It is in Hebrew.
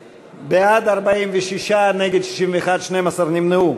בעד, 46, נגד 61, 12 נמנעו.